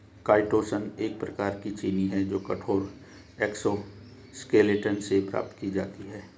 chitosan एक प्रकार की चीनी है जो कठोर एक्सोस्केलेटन से प्राप्त की जाती है